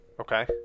Okay